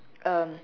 um